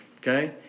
Okay